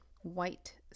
white